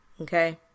Okay